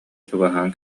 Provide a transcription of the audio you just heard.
чугаһаан